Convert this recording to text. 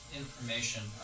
information